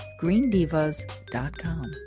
greendivas.com